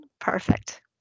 Perfect